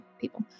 people